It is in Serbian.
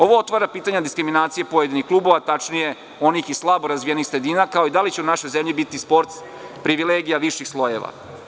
Ovo otvara pitanje diskriminacije pojedinih klubova, tačnije onih iz slabo razvijenih sredina kao i da li će u našoj zemlji biti sport privilegija viših slojeva.